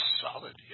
solid